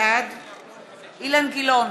בעד אילן גילאון,